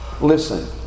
Listen